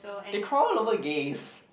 they called over gays